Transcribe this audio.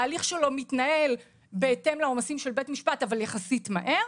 וההליך שלו מתנהל בהתאם לעומסים של בית המשפט אבל יחסית מהר.